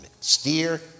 steer